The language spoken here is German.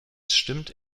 stimmt